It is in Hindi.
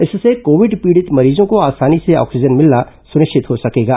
इससे कोविड पीडि़त मरीजों को आसानी से ऑक्सीजन मिलना सुनिश्चित हो सकेगा